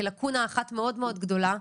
כלאקונה אחת מאוד מאוד גדולה,